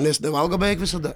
nes nevalgo beveik visada